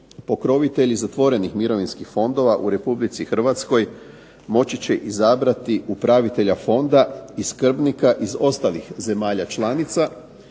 pokrovitelji zatvorenih mirovinskih fondova u Republici Hrvatskoj moći će izabrati upravitelja fonda i skrbnika iz ostalih zemalja članica,